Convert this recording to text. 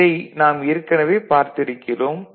இதை நாம் ஏற்கனவே பார்த்திருக்கிறோம்